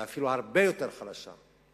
ואפילו הרבה יותר חלשה.